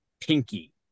pinky